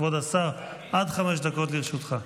כבוד השר, עד חמש דקות לרשותך.